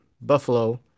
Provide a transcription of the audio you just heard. Buffalo